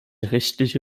rechtliche